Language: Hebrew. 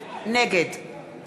נגד